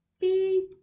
beep